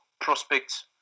prospects